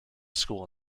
school